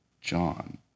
John